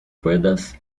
puedas